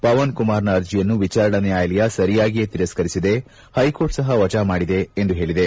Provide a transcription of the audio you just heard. ಪವನ್ ಕುಮಾರ್ ನ ಅರ್ಜಿಯನ್ನು ವಿಚಾರಣಾ ನ್ನಾಯಾಲಯ ಸರಿಯಾಗಿಯೇ ತಿರಸ್ತರಿಸಿದೆ ಹೈಕೋರ್ಟ್ ಸಪ ವಜಾ ಮಾಡಿದೆ ಎಂದು ಹೇಳಿದೆ